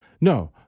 No